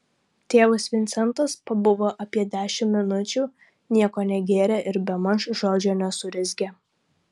tėvas vincentas pabuvo apie dešimt minučių nieko negėrė ir bemaž žodžio nesurezgė